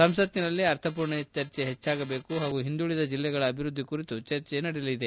ಸಂಸತ್ತಿನಲ್ಲಿ ಅರ್ಥಮೂರ್ಣ ಚರ್ಜೆ ಹೆಚ್ಚಾಗಬೇಕು ಹಾಗೂ ಹಿಂದುಳಿದ ಜಿಲ್ಲೆಗಳ ಅಭಿವೃದ್ಧಿ ಕುರಿತು ಚರ್ಜೆ ನಡೆಯಲಿದೆ